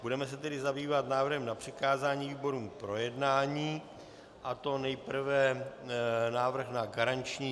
Budeme se tedy zabývat návrhem na přikázání výborům k projednání, a to nejprve návrh na garanční výbor.